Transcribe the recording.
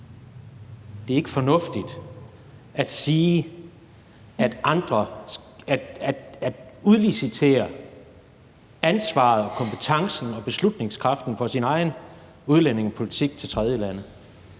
Det er ikke fornuftigt at udlicitere ansvaret, kompetencen og beslutningskraften for sin egen udlændingepolitik til tredjelande.